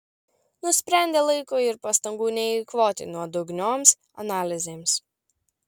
nusprendė laiko ir pastangų neeikvoti nuodugnioms analizėms